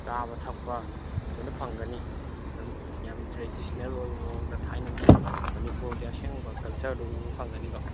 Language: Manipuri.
ꯆꯥꯕ ꯊꯛꯄ ꯂꯣꯏꯅ ꯐꯪꯒꯅꯤ ꯑꯗꯨꯝ ꯌꯥꯝ ꯇ꯭ꯔꯦꯗꯤꯁꯅꯦꯜ ꯑꯣꯏꯕ ꯃꯑꯣꯡꯗ ꯊꯥꯏꯅꯒꯤ ꯃꯅꯤꯄꯨꯔꯒꯤ ꯑꯁꯦꯡꯕ ꯀꯜꯆꯔꯗꯨ ꯎꯕ ꯐꯪꯒꯅꯤꯀꯣ